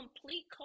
complete